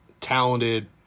talented